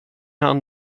han